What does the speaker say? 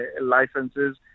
licenses